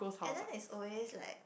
and then it's always like